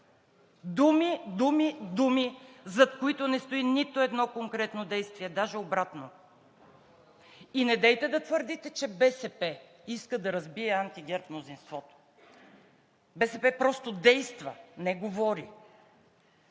Думи, думи, думи, зад които не стои нито едно конкретно действие, а даже обратното! И недейте да твърдите, че БСП иска да разбие анти-ГЕРБ мнозинството. БСП просто действа, не говори.